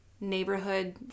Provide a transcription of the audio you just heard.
neighborhood